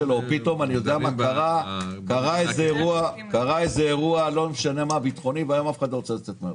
פתאום קרה אירוע ביטחוני ואז אף אחד לא רוצה לצאת מן